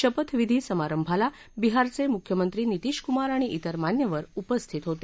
शपथविधी समारंभाला बिहारचे मुख्यमंत्री नितीश कुमार आणि तेर मान्यवर उपस्थित होते